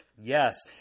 yes